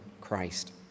Christ